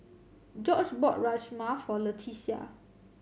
Gorge bought Rajma for Leticia